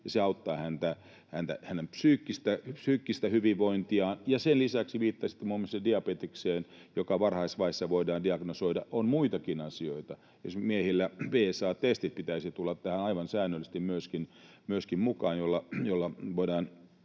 se auttaa hänen psyykkistä hyvinvointiaan. Sen lisäksi viittasitte muun muassa diabetekseen, joka varhaisvaiheessa voidaan diagnosoida. On muitakin asioita, esim. miehillä pitäisi tulla tähän aivan säännöllisesti myöskin mukaan PSA-testit, joilla voidaan